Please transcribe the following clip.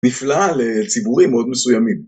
נפלא לציבורים מאוד מסוימים.